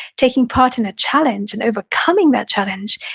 taking part in a challenge and overcoming that challenge,